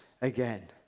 again